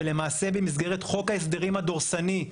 ולמעשה במסגרת חוק ההסדרים הדורסני,